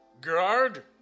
Guard